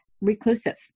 reclusive